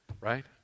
Right